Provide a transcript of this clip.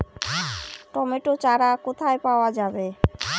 Tomato চারা কোথায় পাওয়া যাবে?